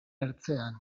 ertzean